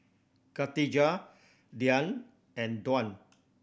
Khatijah Dian and Tuah